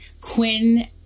Quinn